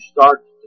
start